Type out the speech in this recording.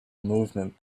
movement